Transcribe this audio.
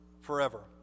forever